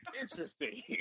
interesting